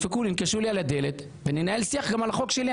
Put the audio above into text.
שיינקשו לי על הדלת וננהל שיח גם על החוק שלי.